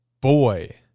boy